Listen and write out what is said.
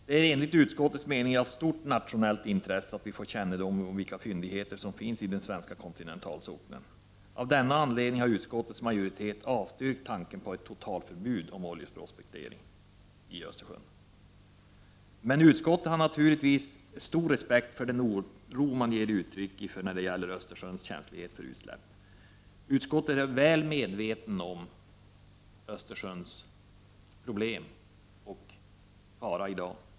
Det är enligt utskottets mening av stort nationellt intresse att vi får kännedom om vilka fyndigheter som finns på den svenska kontinentalsockeln. Av den anledningen har utskottets majoritet avstyrkt tanken på ett totaltförbud mot oljeprospektering i Östersjön. Men utskottet har naturligtvis stor respekt för den oro som man ger uttryck för när det gäller Östersjöns känslighet för utsläpp. Utskottet är väl medvetet om Östersjöns problem och farorna där i dag.